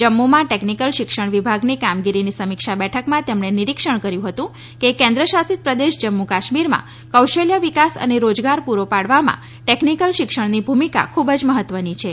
જમ્મુમાં ટેકનીક્લ શિક્ષણ વિભાગની કામગીરીની સમીક્ષા બેઠકમાં તેમણે નિરિક્ષણ કર્યું હતું કે કેન્દ્ર શાસિત પ્રદેશ જમ્મુ કાશ્મીરમાં કૌશલ્ય વિકાસ અને રોજગાર પુરો પાડવામાં ટેકનિકલ શિક્ષણની ભુમિકા ખૂબ જ મહત્વની છે